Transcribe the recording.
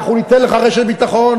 אנחנו ניתן לך רשת ביטחון,